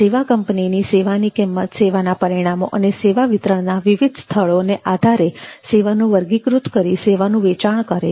સેવા કંપની સેવાની કિંમત સેવાના પરિણામો અને સેવા વિતરણના વિવિધ સ્થળોને આધારે સેવાને વર્ગીકૃત કરી સેવાનું વેચાણ કરી શકે છે